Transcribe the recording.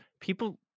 People